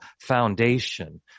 foundation